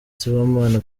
sibomana